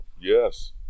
Yes